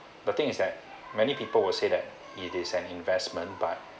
the thing is like many people will say that it is an investment but